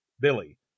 Billy